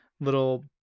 little